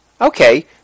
okay